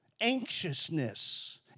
Anxiousness